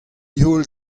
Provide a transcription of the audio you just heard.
heol